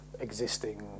Existing